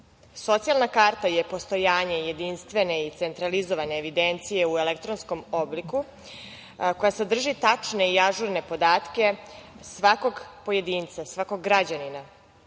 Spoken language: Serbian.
karti. Socijalna karta je postojanje jedinstvene i centralizovane evidencije u elektronskom obliku koja sadrži tačne i ažurne podatke svakog pojedinca, svakog građanina.